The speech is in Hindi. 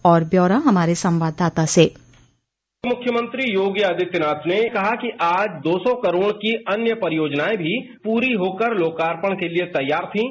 और ब्यौरा हमारे संवाददाता से मुख्यमंत्री योगी आदित्यनाथ ने कहा कि आज दो सौ करोड़ की अन्य परियोजनाएं भी पूरी होकर लोकापर्ण के लिए तैयार थीं